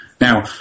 Now